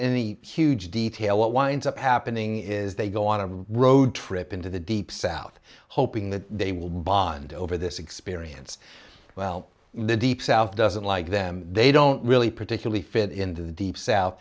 any huge detail what winds up happening is they go on a road trip into the deep south hoping that they will bond over this experience well the deep south doesn't like them they don't really particularly fit into the deep south